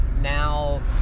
now